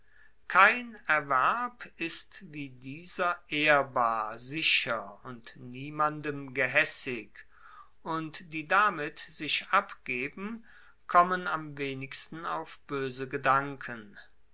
kein erwerb ist wie dieser ehrbar sicher und niemandem gehaessig und die damit sich abgeben kommen am wenigsten auf boese gedanken